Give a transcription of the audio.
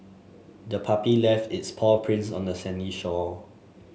the puppy left its paw prints on the sandy shore